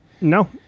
No